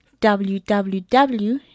www